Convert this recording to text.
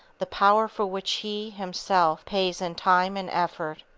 the power for which he, himself, pays in time and effort.